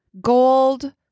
gold